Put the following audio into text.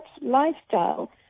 lifestyle